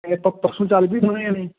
ਅਤੇ ਆਪਾਂ ਪਰਸੋਂ ਚੱਲ ਪਈਏ ਦੋਨੇਂ ਜਾਣੇ